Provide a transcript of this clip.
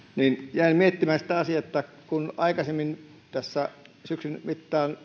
jäin miettimään sitä asiaa että kun aikaisemmin tässä syksyn mittaan